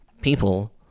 people